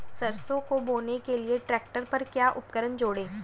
सरसों को बोने के लिये ट्रैक्टर पर क्या उपकरण जोड़ें?